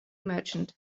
merchant